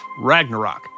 Ragnarok